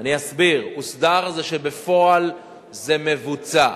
אני אסביר: הוסדר, זה שבפועל זה מבוצע.